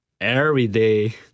Everyday